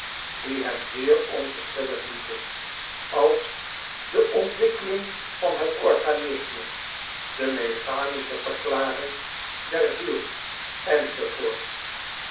die hem zeer onverschillig lieten als de ontwikkeling van het organisme de mechanische verklaring der ziel